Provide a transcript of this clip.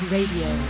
Radio